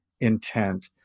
intent